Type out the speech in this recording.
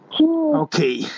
Okay